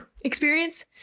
experience